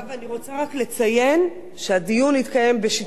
אני רוצה רק לציין שהדיון התקיים בשיתוף